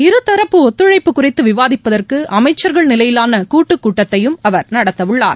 இருதரப்பு ஒத்துளழப்பு குறித்துவிவாதிப்பதற்குஅமைச்சர்கள் நிலையிலானகூட்டுக்கூட்டத்தையும் அவர் நடத்தவுள்ளார்